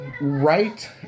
right